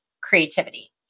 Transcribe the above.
creativity